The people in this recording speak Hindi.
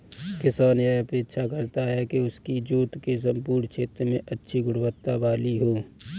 किसान यह अपेक्षा करता है कि उसकी जोत के सम्पूर्ण क्षेत्र में अच्छी गुणवत्ता वाली हो